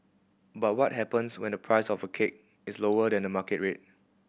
but what happens when the price of a cake is lower than the market rate